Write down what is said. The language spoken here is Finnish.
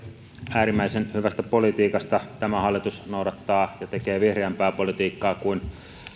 äärimmäisen hyvästä politiikasta tämä hallitus noudattaa ja tekee vihreämpää politiikkaa kuin